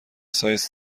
سایز